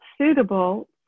suitable